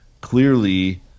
clearly